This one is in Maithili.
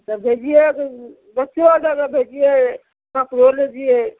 तऽ भेजिए बच्चो आओरके भेजिए कपड़ो लै जइए